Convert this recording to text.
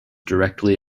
directly